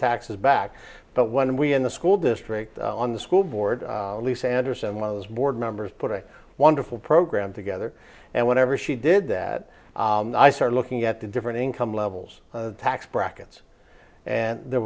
taxes back but when we in the school district on the school board at least anderson one of those board members put a wonderful program together and whenever she did that i started looking at the different income levels tax brackets and there